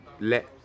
let